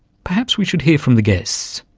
perhaps we should hear from the guests.